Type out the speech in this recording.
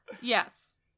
Yes